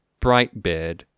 Brightbeard